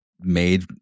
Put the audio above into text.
made